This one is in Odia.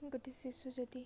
ଗୋଟେ ଶିଶୁ ଯଦି